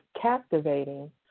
captivating